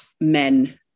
men